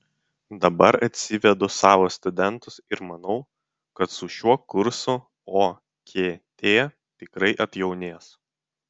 dabar atsivedu savo studentus ir manau kad su šiuo kursu okt tikrai atjaunės